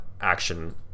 action